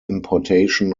importation